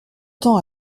temps